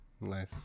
nice